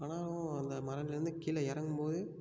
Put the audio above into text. ஆனாலும் அந்த மலையிலேருந்து கீழே இறங்கும்போது